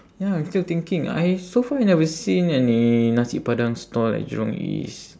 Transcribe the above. ya I'm still thinking I so far I never seen any nasi padang stall at jurong east